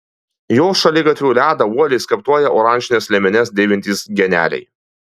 jos šaligatvių ledą uoliai skaptuoja oranžines liemenes dėvintys geneliai